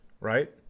right